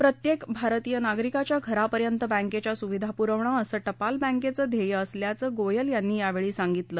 प्रत्येक भारतीय नागरिकाच्या घरापर्यंत बँकेच्या सुविधा पुरवणं असं टपाल बँकेचं ध्येय असल्याचं गोयल यांनी यावेळी सांगितलं